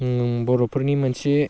बर'फोरनि मोनसे